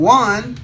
one